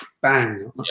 bang